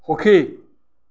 সুখী